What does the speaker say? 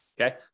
Okay